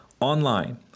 online